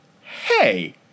Hey